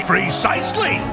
Precisely